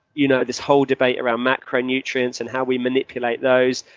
you know this whole debate around macro nutrients and how we manipulate those,